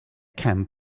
camp